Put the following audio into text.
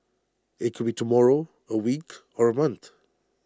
IT could be tomorrow A week or A month